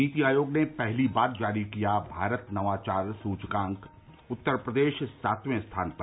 नीति आयोग ने पहली बार जारी किया भारत नवाचार सूचकांक उत्तर प्रदेश सातवें स्थान पर